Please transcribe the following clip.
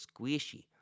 squishy